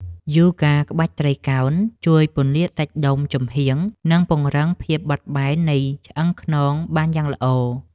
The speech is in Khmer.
យូហ្គាក្បាច់ត្រីកោណ ជួយពន្លាតសាច់ដុំចំហៀង និងពង្រឹងភាពបត់បែននៃឆ្អឹងខ្នងបានយ៉ាងល្អ។